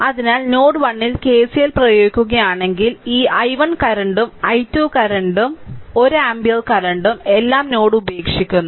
അതിനാൽ നോഡ് 1 ൽ കെസിഎൽ പ്രയോഗിക്കുകയാണെങ്കിൽ ഈ i1 കറന്റും i2 കറന്റും 1 ആമ്പിയർ കറന്റും എല്ലാം നോഡ് ഉപേക്ഷിക്കുന്നു